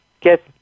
get